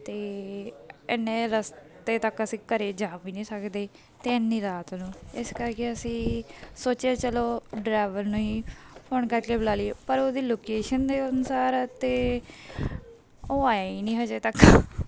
ਅਤੇ ਇੰਨੇ ਰਸਤੇ ਤੱਕ ਅਸੀਂ ਘਰ ਜਾ ਵੀ ਨਹੀਂ ਸਕਦੇ ਅਤੇ ਇੰਨੀ ਰਾਤ ਨੂੰ ਇਸ ਕਰਕੇ ਅਸੀਂ ਸੋਚਿਆ ਚਲੋ ਡਰਾਈਵਰ ਨੂੰ ਹੀ ਫੋਨ ਕਰਕੇ ਬੁਲਾ ਲਈਏ ਪਰ ਉਹਦੀ ਲੋਕੇਸ਼ਨ ਦੇ ਅਨੁਸਾਰ ਅਤੇ ਉਹ ਆਇਆ ਹੀ ਨਹੀਂ ਹਜੇ ਤੱਕ